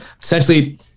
essentially